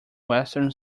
western